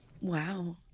Wow